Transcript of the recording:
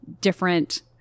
different